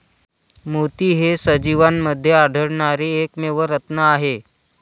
मोती हे सजीवांमध्ये आढळणारे एकमेव रत्न आहेत